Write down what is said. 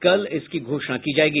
कल इसकी घोषणा की जायेगी